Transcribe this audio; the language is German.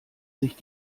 sich